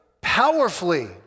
Powerfully